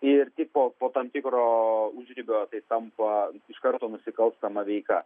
ir tipo po tam tikro užribio tampa iš karto nusikalstama veika